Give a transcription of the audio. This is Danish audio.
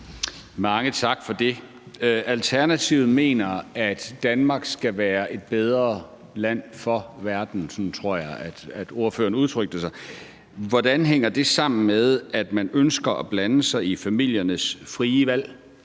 Mange tak for det. Alternativet mener, at Danmark skal være et bedre land for verden. Sådan tror jeg at ordføreren udtrykte sig. Hvordan hænger det sammen med, at man ønsker at blande sig i familiernes frie valg